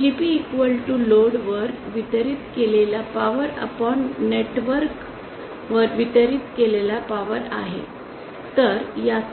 GP load वर वितरित केलेली पॉवर नेटवर्क वर वितरित केलेली पॉवर आहे